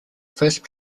first